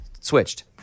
switched